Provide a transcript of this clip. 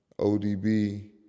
ODB